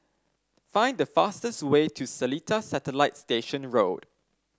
find the fastest way to Seletar Satellite Station Road